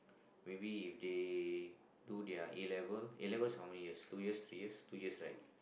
maybe if they to their E level E levels how many years two years three years two years right